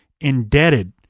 indebted